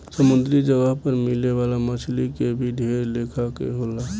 समुंद्री जगह पर मिले वाला मछली के भी ढेर लेखा के होले